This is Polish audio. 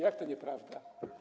Jak to nieprawda?